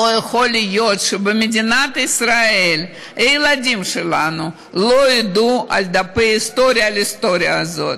לא יכול להיות שבמדינת ישראל הילדים שלנו לא ידעו את ההיסטוריה הזאת.